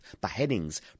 beheadings